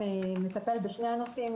מטפל בשני הנושאים,